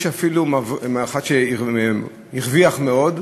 יש אפילו אחד שהרוויח מאוד,